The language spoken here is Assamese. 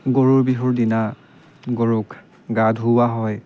গৰুৰ বিহুৰ দিনা গৰুক গা ধুওৱা হয়